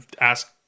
ask